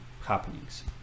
happenings